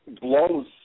blows